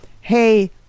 hey